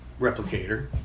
replicator